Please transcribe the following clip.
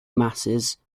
masses